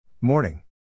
Morning